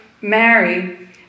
Mary